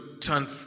turn